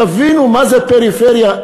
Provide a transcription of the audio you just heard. תבינו מה זה פריפריה,